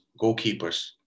goalkeepers